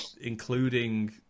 including –